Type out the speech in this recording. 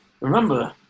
Remember